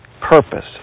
purpose